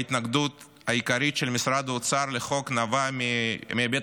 ההתנגדות העיקרית של משרד האוצר לחוק נבעה מההיבט